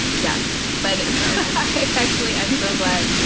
yes, but actually, i'm so glad,